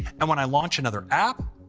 and when i launch another app,